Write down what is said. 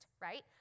right